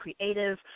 creative